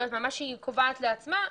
מה שהיא קובעת לעצמה,